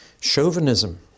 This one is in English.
Chauvinism